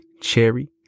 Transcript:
cherry